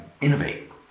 Innovate